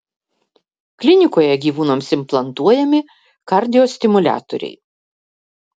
klinikoje gyvūnams implantuojami kardiostimuliatoriai